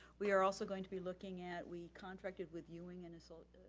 we are also going to be looking at, we contracted with ewing and so